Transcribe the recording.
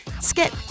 Skip